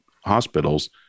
hospitals